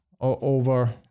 over